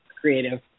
creative